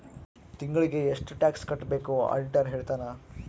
ತಿಂಗಳಿಗೆ ಎಷ್ಟ್ ಟ್ಯಾಕ್ಸ್ ಕಟ್ಬೇಕು ಆಡಿಟರ್ ಹೇಳ್ತನ